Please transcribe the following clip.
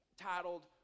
titled